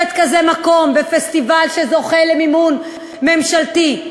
כזה מקום בפסטיבל שזוכה למימון ממשלתי.